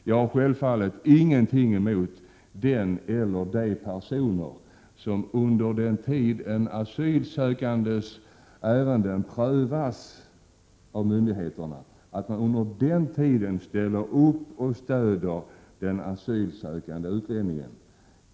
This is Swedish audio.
Jag har självfallet ingenting emot den eller de personer som under den tid en asylsökandes ärende prövas av myndigheterna ställer upp för och stödjer den asylsökande utlänningen.